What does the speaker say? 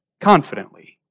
confidently